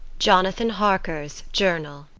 jonathan harker's journal.